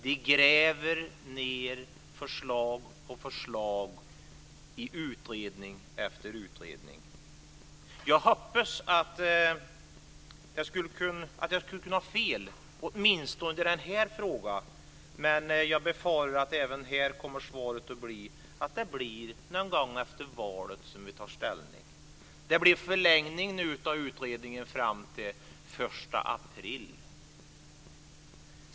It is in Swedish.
Man gräver ned förslag på förslag i utredning efter utredning. Jag hoppas att jag har fel åtminstone i denna fråga, men jag befarar att svaret även här kommer att bli att man tar ställning någon gång efter valet. Det blir en förlängning av utredningen fram till den 1 april.